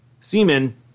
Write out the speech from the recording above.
semen